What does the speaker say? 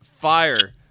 Fire